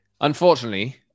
unfortunately